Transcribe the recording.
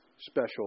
special